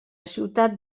ciutat